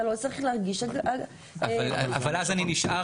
אתה לא צריך להגיש --- אבל אז אני נשאר